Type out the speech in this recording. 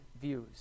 views